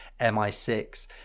mi6